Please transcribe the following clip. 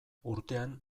urtean